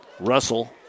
Russell